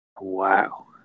Wow